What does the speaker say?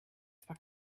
zwar